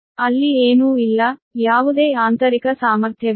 ಆದ್ದರಿಂದ ಅಲ್ಲಿ ಏನೂ ಇಲ್ಲ ಯಾವುದೇ ಆಂತರಿಕ ಸಾಮರ್ಥ್ಯವಿಲ್ಲ